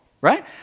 right